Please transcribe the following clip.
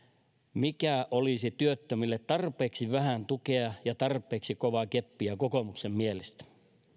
mikä olisi työttömille tarpeeksi vähän tukea ja tarpeeksi kovaa keppiä kokoomuksen mielestä